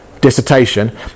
dissertation